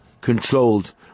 controlled